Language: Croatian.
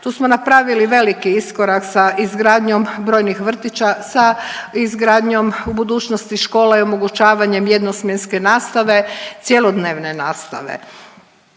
Tu smo napravili veliki iskorak sa izgradnjom brojnih vrtića, sa izgradnjom u budućnosti škole i omogućavanjem jednosmjenske nastave, cjelodnevne nastave.